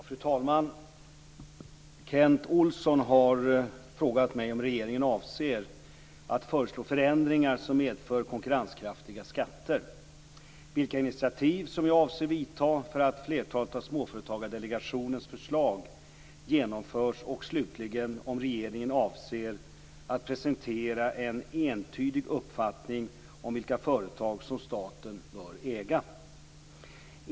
Fru talman! Kent Olsson har frågat mig om regeringen avser att föreslå förändringar som medför konkurrenskraftiga skatter, vilka initiativ som jag avser vidta för att flertalet av Småföretagsdelegationens förslag genomförs och slutligen om regeringen avser att presentera en entydig uppfattning om vilka företag som staten bör äga.